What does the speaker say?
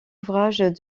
ouvrages